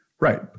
Right